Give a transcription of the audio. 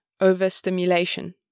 overstimulation